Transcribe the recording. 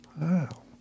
wow